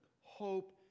hope